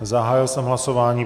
Zahájil jsem hlasování.